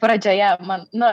pradžioje man nu